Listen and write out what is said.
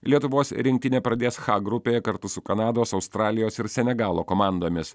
lietuvos rinktinė pradės h grupėje kartu su kanados australijos ir senegalo komandomis